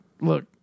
look